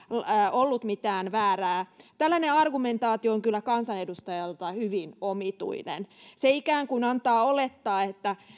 ollut mitään väärää tällainen argumentaatio on kyllä kansanedustajalta hyvin omituinen se ikään kuin antaa olettaa että